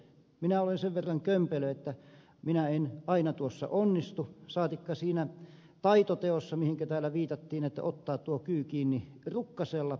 minä olen sen verran kömpelö että minä en aina tuossa onnistu saatikka siinä taitoteossa mihinkä täällä viitattiin että otetaan kyy kiinni rukkasella